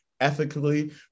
ethically